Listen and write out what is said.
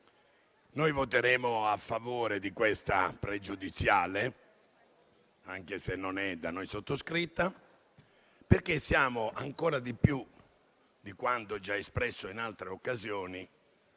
voteremo a favore della questione pregiudiziale, anche se non è da noi sottoscritta, perché siamo ancora più convinti oggi, più di quanto già espresso in altre occasioni,